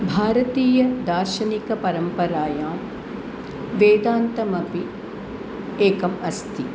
भारतीयदार्शनिकपरम्परायां वेदान्तमपि एकम् अस्ति